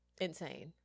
insane